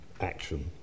action